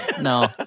No